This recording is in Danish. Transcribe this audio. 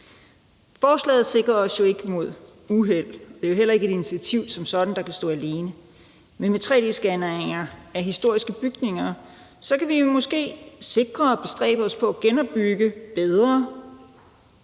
Forslaget sikrer os jo ikke imod uheld, og det er heller ikke et initiativ, der som sådan kan stå alene. Men med tre-d-scanninger af historiske bygninger kan vi måske sikre og bestræbe os på at genopbygge bedre